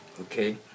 okay